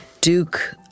Duke